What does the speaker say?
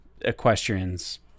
equestrians